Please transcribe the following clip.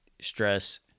stress